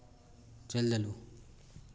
चलि देलहुँ